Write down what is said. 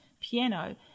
piano